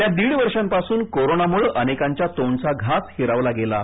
गेल्या दीड वर्षापासून कोरोनामुळे अनेकांच्या तोंडचा घास हिरावला गेला आहे